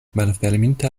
malferminte